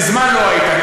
מזמן לא היית.